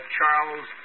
Charles